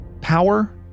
power